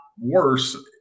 worse